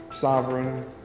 sovereign